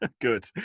Good